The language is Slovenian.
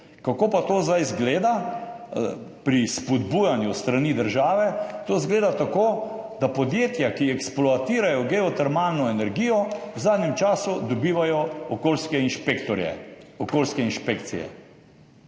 Kako pa to zdaj izgleda pri spodbujanju s strani države? To izgleda tako, da podjetja, ki eksploatirajo geotermalno energijo, v zadnjem času dobivajo okoljske inšpektorje, okoljske inšpekcije.